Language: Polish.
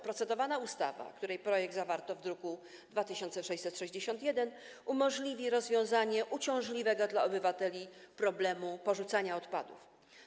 Procedowana ustawa, której projekt zawarto w druku nr 2661, umożliwi rozwiązanie uciążliwego dla obywateli problemu porzucania odpadów.